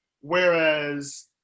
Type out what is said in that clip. Whereas